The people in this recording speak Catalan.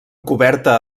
coberta